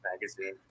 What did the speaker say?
Magazine